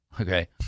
okay